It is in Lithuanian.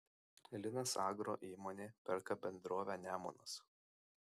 linas agro įmonė perka bendrovę nemunas